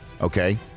Okay